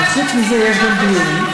וחוץ מזה יש גם דיון,